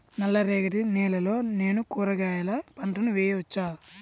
నల్ల రేగడి నేలలో నేను కూరగాయల పంటను వేయచ్చా?